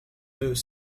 deux